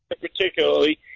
particularly